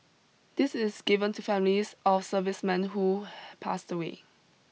this is given to families of servicemen who pass away